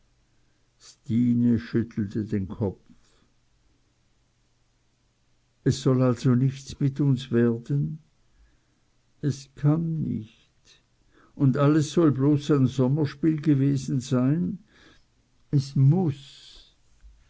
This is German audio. schüttelte den kopf es soll also nichts mit uns werden es kann nicht und alles soll bloß ein sommerspiel gewesen sein es muß